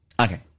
Okay